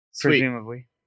Presumably